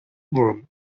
room